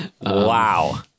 Wow